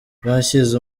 bashyize